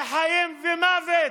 על חיים ומוות.